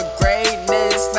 greatness